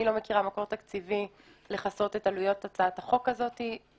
אני לא מכירה מקור תקציבי לכסות את עלויות הצעת החוק הזאת.